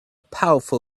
powerful